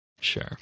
sure